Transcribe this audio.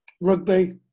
Rugby